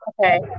Okay